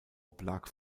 oblag